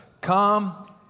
Come